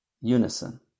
unison